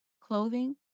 clothing